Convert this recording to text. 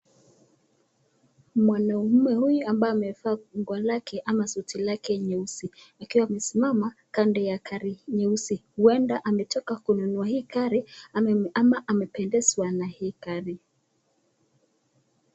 Mwanaume huyu ambaye amevaa nguo lake ama suti lake nyeusi, akiwa amesimama kando ya gari nyeusi ,huenda ametoka kununua hii gari ama amependezwa na hii gari.